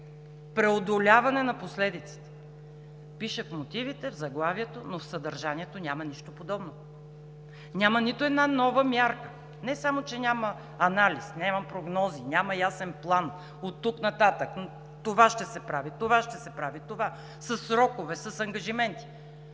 Преодоляване на последиците – пише в мотивите, в заглавието, но в съдържанието няма нищо подобно. Няма нито една нова мярка, не само че няма анализ, няма прогнози, няма ясен план: оттук нататък това ще се прави, това ще се прави, това – със срокове, с ангажименти.